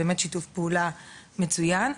שיתוף פעולה מצוין.